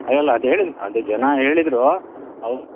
ಅಲ್ಲಲ್ಲ ಅದು ಹೇಳಿದ್ರು ಅದು ಜನ ಹೇಳಿದ್ರು ಅವು